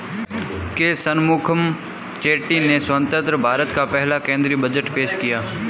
के शनमुखम चेट्टी ने स्वतंत्र भारत का पहला केंद्रीय बजट पेश किया